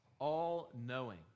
all-knowing